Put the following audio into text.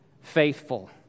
faithful